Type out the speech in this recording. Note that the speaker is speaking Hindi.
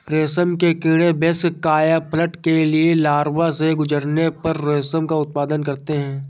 रेशम के कीड़े वयस्क कायापलट के लिए लार्वा से गुजरने पर रेशम का उत्पादन करते हैं